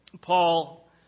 Paul